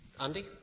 Andy